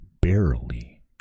barely